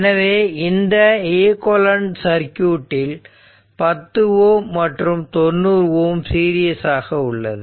எனவே இந்த equivalent circuit ல் 10Ω மற்றும் 90Ω சீரியஸாக உள்ளது